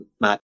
Matt